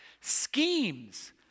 Schemes